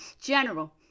General